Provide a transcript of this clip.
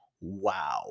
wow